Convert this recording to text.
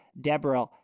Deborah